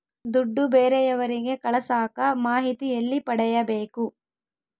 ದುಡ್ಡು ಬೇರೆಯವರಿಗೆ ಕಳಸಾಕ ಮಾಹಿತಿ ಎಲ್ಲಿ ಪಡೆಯಬೇಕು?